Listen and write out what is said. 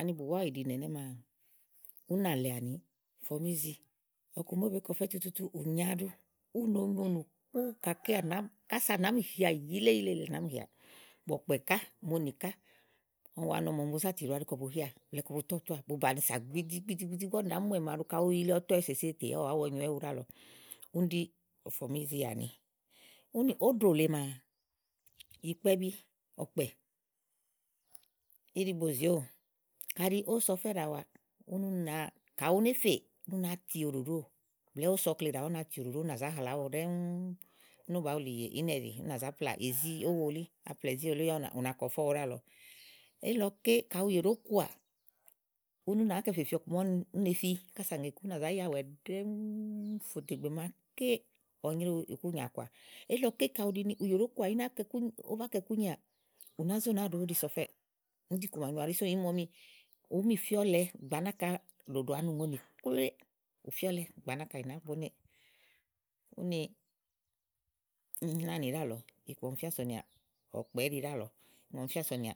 ani bùwá ìɖine ɛnɛ́ maa únà lèe àni fɔmízi ɔku màa ówó bèé ke ɔfɛ́ tututu ù nyo aɖu u no nyo nyo nyo ù gàkéa nàámi, kása à nàámi hiià yìileyìilèe ɔm bɔ̃kpɛ̀ ká mòomi ka wa nɔ mò ni bu zá tiɖoà áɖi kɔ bu hià blɛ̀ɛ kɔ bu záà tɔ túà bu bàni sa gbidi gbidi gbidi, ígbɔ úniɖàá, mù wɛ̀ màaɖu kàyi ù yili ɔtɔ de èsèse tèya ù wá wɔ nyowɛ éwu ìkpɛbi, Ɔ̀̀kpɛ̀. Íɖigbo zì̃iówò, kàɖi ówò so ɔfɛ́ ɖàa wa úni na wa kàɖi u ne fè, ú na ti wo ɖòɖòówò blɛ́ɛ́ ówó so ɔkle ɖàa ú na ti wo ɖòɖòówò únà zá hlaàówò ɖɛ́ɛ́ ŋu úni ówó bàá wùlì yè ìnɛ̀ ɖì ú nà za plaà izìówò li, a plaà izíówò lí yá ù nà kɔ ɔfɔ̀ówo ɖialɔ eli lɔ ké kàɖi ùyè ɖòó kɔà úni ú na kɛ̀ fèfi ɔku màa ú ne fi kása ŋè ìku ún ú nà záya wɛ̀ɖɛ́ɛ́nŋú fo do ìgbè màa ké ɔ nyréwu ikúnyà kɔà. Eli lɔ ke kaɖi ù ɖini ù yè ɖòó koà i ná kɔ ikúnyè a ówó bá kɔ ikúnyè à, ù ná ze ú náa ɖò ówóɖi so ɔfɛ́ɛ̀. ún ɖí iku màa nyo à áɖi súù ìí mu ni ùú mì fíaɔlɛ gbàa náka ɖòɖò ani ŋòonì glɔ̀ɛ, ù fíɔ́lɛ gbàa ì nàá bonéɔwɛ núùlánì ɖíàlɔ iku máa ɔm fíà sònìà ɔkpɛ̀ ɛ́ɖi ɖiàlɔ̀ɔ iku màa ɔmi fía sò nìà